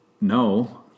no